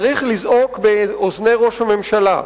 צריך לזעוק באוזני ראש הממשלה,